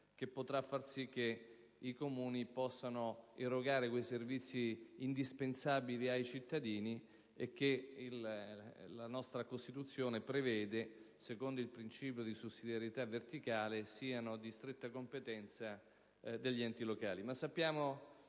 che potrà far sì che i Comuni eroghino quei servizi indispensabili ai cittadini che la nostra Costituzione prevede, secondo il principio di sussidiarietà verticale, siano di stretta competenza degli enti locali.